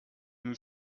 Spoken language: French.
nous